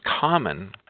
common